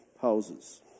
houses